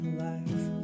life